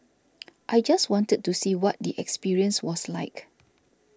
i just wanted to see what the experience was like